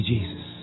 Jesus